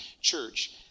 church